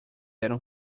eram